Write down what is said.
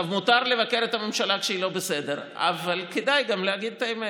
מותר לבקר את הממשלה כשהיא לא בסדר אבל כדאי גם להגיד את האמת.